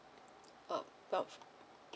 uh both